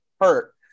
hurt